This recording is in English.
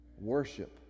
worship